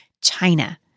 China